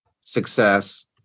success